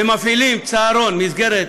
ומפעילים צהרון, מסגרת,